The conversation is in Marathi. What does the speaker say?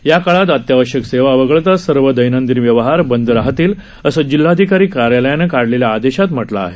या काळात अत्यावश्यक सेवा वगळता सर्व दैनंदिन व्यवहार बंद राहतील असं जिल्हाधिकारी कार्यालयानं काढलेल्या आदेशात म्हटलं आहे